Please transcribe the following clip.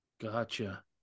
Gotcha